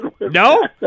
No